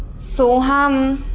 soham